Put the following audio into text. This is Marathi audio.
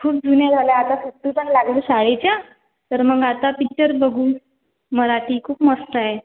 खूप जुने झाले आता सुट्टी पण लागली शाळेच्या तर मग आता पिक्चर बघू मराठी खूप मस्त आहे